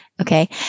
Okay